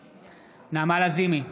לזימי,